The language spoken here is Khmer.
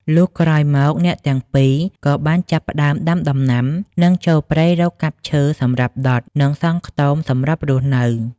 លុះក្រោយមកអ្នកទាំងពីរក៏បានចាប់ផ្ដើមដាំដំណាំ និងចូលព្រៃរកកាប់ឈើសម្រាប់ដុត និងសង់ខ្ទមសម្រាប់រស់នៅ។